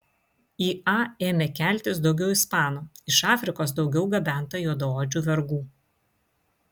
į a ėmė keltis daugiau ispanų iš afrikos daugiau gabenta juodaodžių vergų